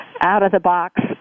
out-of-the-box